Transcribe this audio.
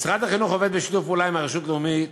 משרד החינוך עובד בשיתוף פעולה עם הרשות הלאומית